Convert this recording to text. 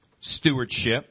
stewardship